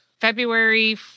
February